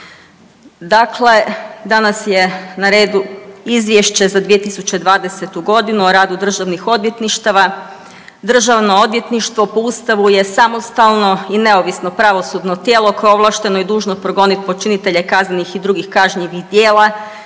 Dakle, danas je na redu Izvješće za 2020. godinu o radu državnih odvjetništava. Državno odvjetništvo po Ustavu je samostalno i neovisno pravosudno tijelo koje je ovlašteno i dužno progonit počinitelje kaznenih i drugih kažnjivih djela